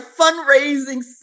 fundraising